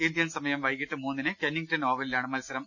Indian സമയം വൈകീട്ട് മൂന്നിന് കെന്നിംഗ്ടൺ ഓവലിലാണ് മത്സരം